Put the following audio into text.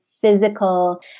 physical